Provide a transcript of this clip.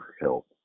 help